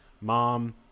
Mom